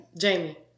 Jamie